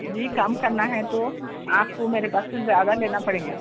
جی کم کرنا ہے تو آپ کو میرے پاس سے زیادہ لینا پڑیں گا